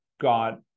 got